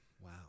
Wow